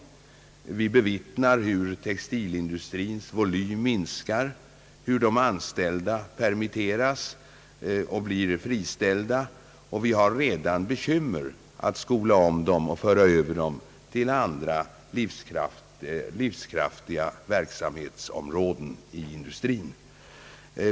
Vi bevittnar hur textilindustrins volym minskar samt hur de anställda permitteras och blir friställda. Vi har redan bekymmer med att skola om de friställda och föra över dem till andra och livkraftiga verksamhetsområden inom industrin.